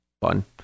Fun